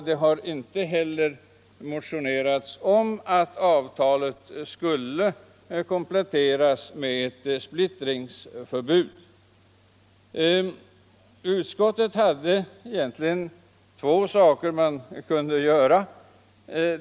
Det har inte heller motionerats om att avtalet skulle kompletteras med förbud mot splittring. Egentligen hade utskottet två saker att välja på.